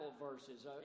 verses